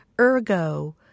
ergo